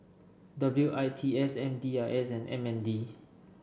W I T S M D I S and M N D